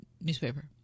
newspaper